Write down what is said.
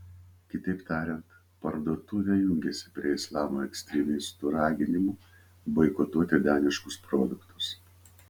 kitaip tariant parduotuvė jungiasi prie islamo ekstremistų raginimų boikotuoti daniškus produktus